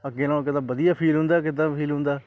ਅੱਗੇ ਨਾਲੋਂ ਕਿਤੇ ਵਧੀਆ ਫੀਲ ਹੁੰਦਾ ਕਿੱਦਾਂ ਫੀਲ ਹੁੰਦਾ